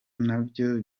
nabyo